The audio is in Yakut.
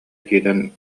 киирэн